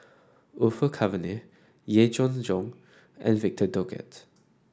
Orfeur Cavenagh Yee Jenn Jong and Victor Doggett